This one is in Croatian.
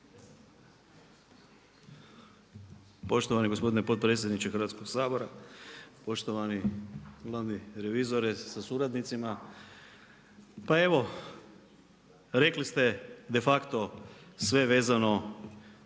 Poštovani gospodin potpredsjedniče Hrvatskog sabora, poštovani glavni revizore sa suradnicima. Pa evo, rekli ste de facto sve vezano